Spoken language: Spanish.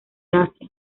asia